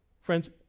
Friends